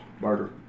Murder